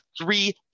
three